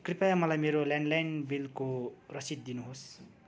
कृपया मलाई मेरो ल्यान्डलाइन बिलको रसिद दिनुहोस्